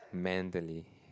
mentally